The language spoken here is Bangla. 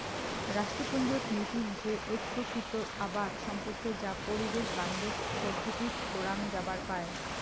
রাষ্ট্রপুঞ্জত নীতি হসে ঐক্যিকৃত আবাদ সম্পর্কে যা পরিবেশ বান্ধব পদ্ধতিত করাং যাবার পায়